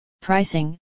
pricing